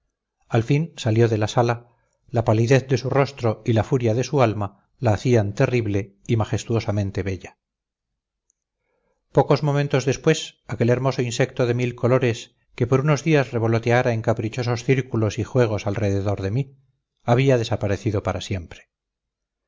al fin salió de la sala la palidez de su rostro y la furia de su alma la hacían terrible y majestuosamente bella pocos momentos después aquel hermoso insecto de mil colores que por unos días revoloteara en caprichosos círculos y juegos alrededor de mí había desaparecido para siempre